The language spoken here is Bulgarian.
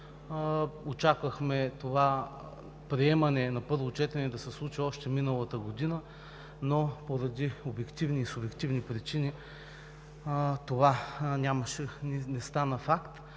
Очаквахме приемането на първо четене да се случи още през миналата година, но поради обективни и субективни причини това не стана факт.